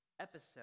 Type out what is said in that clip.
episode